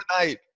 tonight